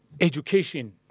education